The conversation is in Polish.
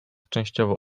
częściowo